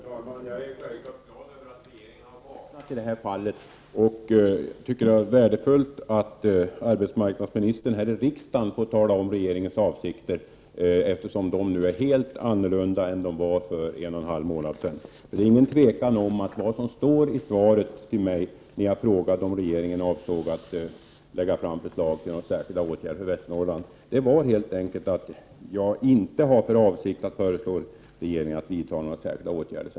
Herr talman! Jag är självfallet glad över att regeringen har vaknat i det här fallet och jag tycker att det är värdefullt att arbetsmarknadsministern här i riksdagen får tala om regeringens avsikter. De är nu nämligen helt annorlunda än de var för en och en halv månad sedan. När jag frågade om regeringen avsåg att lägga fram förslag om särskilda åtgärder inom Västernorrland, svarade statsrådet att hon inte har för avsikt att föreslå regeringen att vidta några särskilda åtgärder.